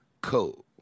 Cool